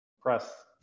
press